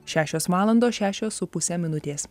šešios valandos šešios su puse minutės